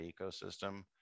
ecosystem